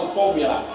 formula